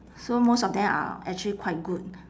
so most of them are actually quite good